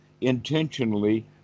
intentionally